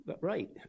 Right